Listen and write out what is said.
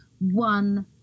one